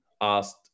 asked